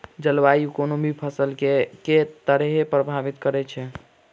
जलवायु कोनो भी फसल केँ के तरहे प्रभावित करै छै?